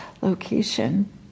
location